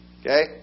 okay